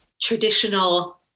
traditional